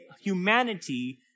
humanity